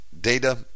data